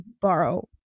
borrow